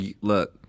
Look